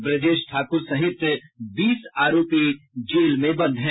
ब्रजेश ठाकुर सहित बीस आरोपी जेल में बंद है